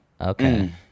Okay